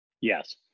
Yes